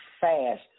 fast